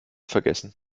vergessen